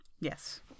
Yes